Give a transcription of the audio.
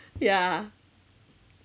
yeah